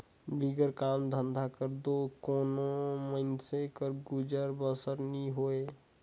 बिगर काम धंधा कर दो कोनो मइनसे कर गुजर बसर नी होए